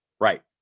Right